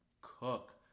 Cook